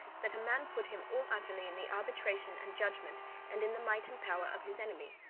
that a man put him all utterly in the arbitration and judgement and in the might and power of his enemy.